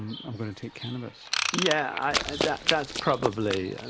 i'm going to take cannabis? yeah ah that's that's probably and